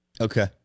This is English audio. Okay